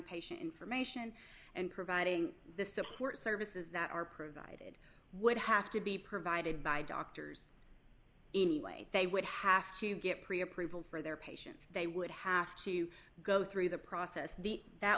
patient information and providing the support services that are provided would have to be provided by doctors anyway they would have to get pre approval for their patients they would have to go through the process the that